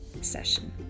session